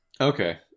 Okay